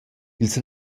ils